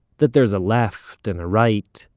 that there's a left and a right,